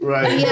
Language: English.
Right